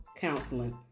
counseling